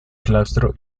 claustro